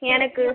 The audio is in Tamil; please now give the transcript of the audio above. எனக்கு